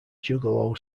juggalo